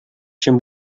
чем